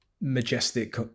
majestic